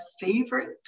favorite